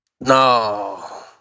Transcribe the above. No